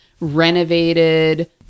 renovated